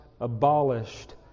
abolished